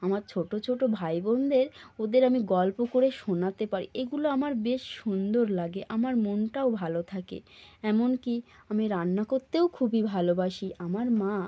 আমার ছোটো ছোটো ভাই বোনদের ওদের আমি গল্প করে শোনাতে পারি এগুলো আমার বেশ সুন্দর লাগে আমার মনটাও ভালো থাকে এমন কি আমি রান্না করতেও খুবই ভালোবাসি আমার মা